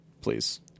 Please